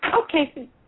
Okay